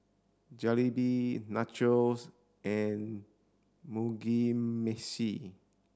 Jalebi Nachos and Mugi Meshi